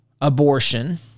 abortion